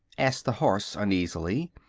asked the horse, uneasily.